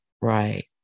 Right